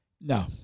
No